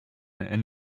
and